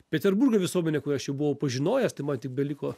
peterburgo visuomenė kurią aš jau buvau pažinojęs tai man tik beliko